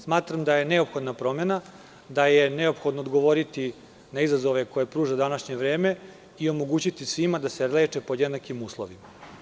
Smatram da je neophodna promena, da je neophodno odgovoriti na izazove koje pruža današnje vreme i omogućiti svima da se leče pod jednakim uslovima.